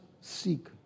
seek